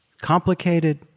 Complicated